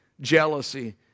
jealousy